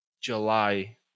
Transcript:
July